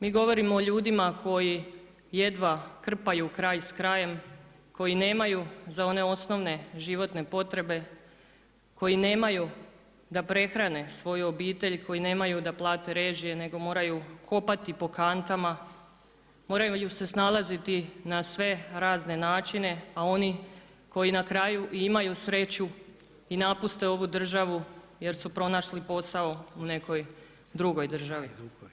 Mi govorimo o ljudima koji jedva krpaju kraj s krajem, koji nemaju za one osnovne životne potrebe, koji nemaju da prehrane svoju obitelj, koji nemaju da plate režije nego moraju kopati po kantama, moraju se snalaziti na sve razne načine a oni koji na kraju imaju sreću i napuste ovu državu jer su pronašli posao u nekoj drugoj državi.